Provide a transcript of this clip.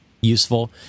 useful